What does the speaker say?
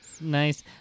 Nice